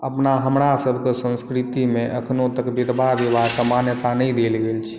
हमरा सबके संस्कृति मे अखनो तक विधवा विवाह के मान्यता नहि देल गेल छै